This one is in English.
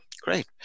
great